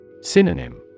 Synonym